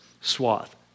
swath